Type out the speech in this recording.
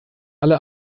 alle